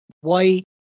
white